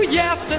yes